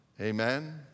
Amen